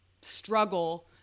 struggle